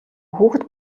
хүүхэд